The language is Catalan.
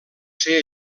ser